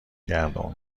گردون